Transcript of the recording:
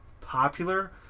popular